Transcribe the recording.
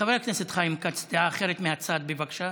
חבר הכנסת חיים כץ, דעה אחרת, מהצד, בבקשה.